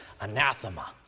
anathema